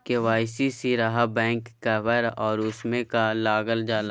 KYC रहा back cover और उसमें का का लागल जाला?